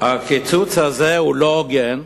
הקיצוץ הזה הוא לא הוגן,